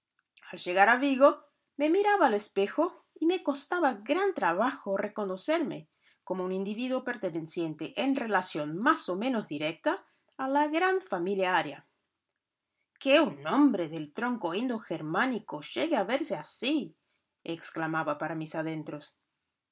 al llegar a vigo me miraba al espejo y me costaba gran trabajo reconocerme como un individuo perteneciente en relación más o menos directa a la gran familia aria que un hombre del tronco indogermánico llegue a verse así exclamaba para mis adentros